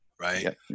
right